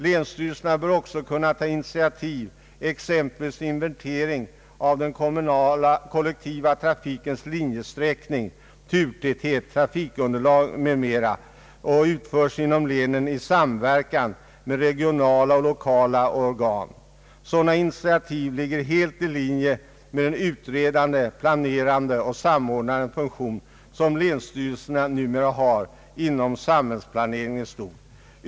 Länsstyrelserna bör också kunna ta initiativ exempelvis till att inventering av den kollektiva trafikens linjesträckning, turtäthet, trafikunderlag m.m. utförs inom länen i samverkan med regionala och lokala organ m.fl. Sådana initiativ ligger helt i linje med den utredande, planerande och samordnande funktion som länsstyrelserna numera har inom samhällsplaneringen i stort.